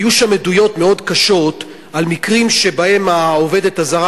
היו שם עדויות מאוד קשות על מקרים שבהם העובדת הזרה,